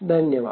धन्यवाद